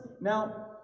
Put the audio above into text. Now